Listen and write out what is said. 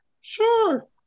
sure